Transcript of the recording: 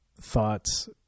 thoughts